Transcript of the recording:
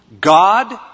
God